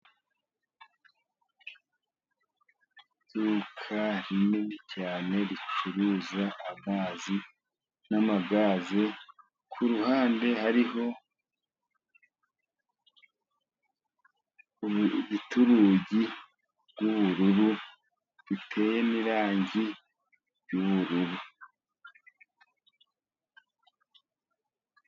Iduka rinini cyane, ricuruza amazi n'amagaze, ku ruhande hariho rufite urugi rw'ubururu, ruteye n'irangi ry'ubururu.